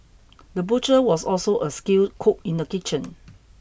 the butcher was also a skilled cook in the kitchen